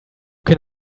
can